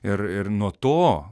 ir ir nuo to